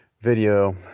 video